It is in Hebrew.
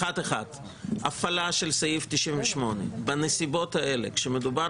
הפעלה של סעיף 98 בנסיבות האלה כשמדובר